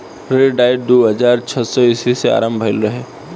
ऋण डाइट दू हज़ार छौ ईस्वी में आरंभ भईल रहे